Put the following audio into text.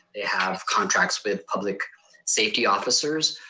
they have contracts with public safety officers.